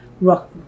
Rock